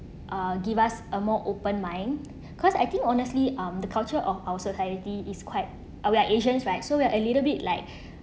uh give us a more open mind cause I think honestly um the culture of our society is quite uh we're asians right so we're a little bit like